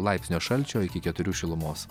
laipsnio šalčio iki keturių šilumos